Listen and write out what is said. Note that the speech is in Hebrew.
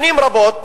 שנים רבות,